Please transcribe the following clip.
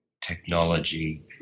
technology